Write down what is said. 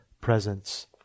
presence